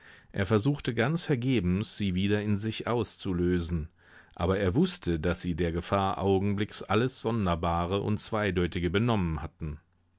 er versuchte ganz vergebens sie wieder in sich auszulösen aber er wußte daß sie der gefahr augenblicks alles sonderbare und zweideutige benommen hatten